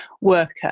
worker